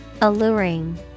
Alluring